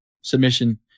submission